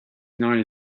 united